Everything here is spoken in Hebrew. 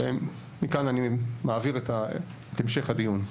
מכאן אני מעביר את המשך הדיון.